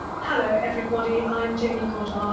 hello everybody, i am jayney goddard, um